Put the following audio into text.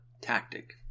tactic